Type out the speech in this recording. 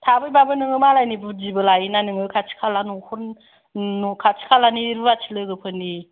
थाफैबाबो नोङो मालायनि बुददिबो लायो ना नोङो खाथि खाला नखरनि खाथि खाला रुवाथि लोगोफोरनि